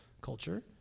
culture